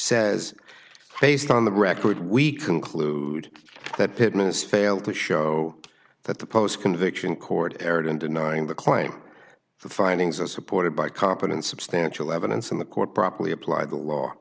says based on the record we conclude that pittman is fail to show that the post conviction court erred in denying the claim the findings are supported by competent substantial evidence in the court properly applied the law